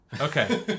Okay